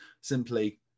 simply